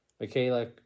Michaela